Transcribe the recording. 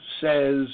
says